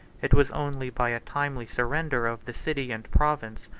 it was only by a timely surrender of the city and province,